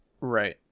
Right